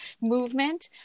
movement